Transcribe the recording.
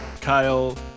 Kyle